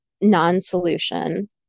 non-solution